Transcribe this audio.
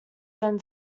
then